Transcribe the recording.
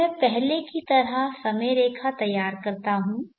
अब मैं पहले की तरह समय रेखा तैयार करता हूं